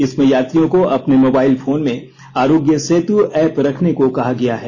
इसमें यात्रियों को अपने मोबाइल फोन में आरोग्य सेतु ऐप रखने को कहा गया है